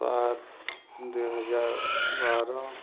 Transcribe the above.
ସାତ ଦୁଇ ହଜାର ବାର